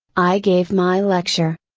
i gave my lecture.